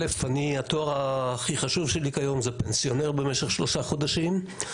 התואר הכי חשוב שלי כיום זה פנסיונר במשך שלושה חודשים.